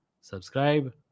Subscribe